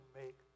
make